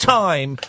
time